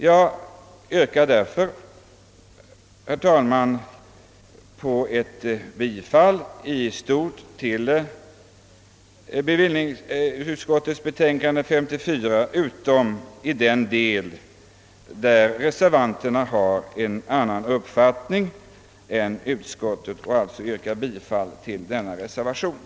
Jag yrkar, herr talman, bifall till bevillningsutskottets förslag utom i den del där reservanterna har en annan uppfattning än utskottet. I den delen yrkar jag bifall till reservationen,